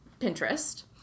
Pinterest